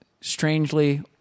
strangely